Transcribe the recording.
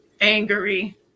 Angry